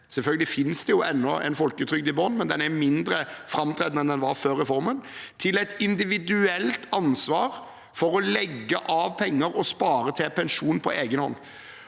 selvfølgelig finnes det ennå en folketrygd i bunnen, men den er mindre framtredende enn den var før reformen – til et individuelt ansvar for å legge av penger og spare til pensjon på egen hånd.